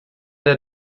der